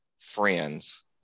friends